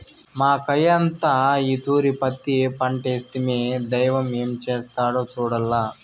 మాకయ్యంతా ఈ తూరి పత్తి పంటేస్తిమి, దైవం ఏం చేస్తాడో సూడాల్ల